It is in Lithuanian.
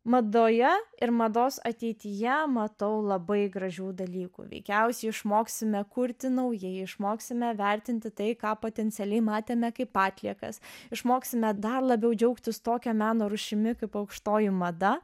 madoje ir mados ateityje matau labai gražių dalykų veikiausiai išmoksime kurti naujai išmoksime vertinti tai ką potencialiai matėme kaip atliekas išmoksime dar labiau džiaugtis tokia meno rūšimi kaip aukštoji mada